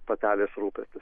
patelės rūpestis